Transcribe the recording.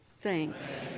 Thanks